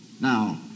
Now